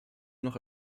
noch